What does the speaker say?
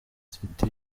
city